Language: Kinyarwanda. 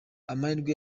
amahirwe